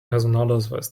personalausweis